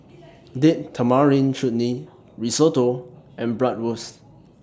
Date Tamarind Chutney Risotto and Bratwurst